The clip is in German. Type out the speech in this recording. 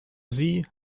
sie